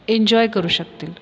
enjoy करू शकतील